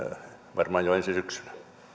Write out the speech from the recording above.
varmaan jo ensi syksynä